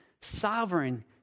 sovereign